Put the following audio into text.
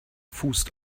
fußt